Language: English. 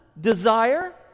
desire